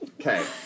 Okay